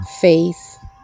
faith